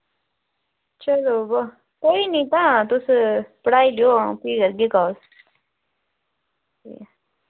आं कोई गल्ल निं तुस पढ़ाई देओ भी करगे गल्ल ठीक